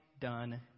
done